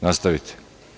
Nastavite.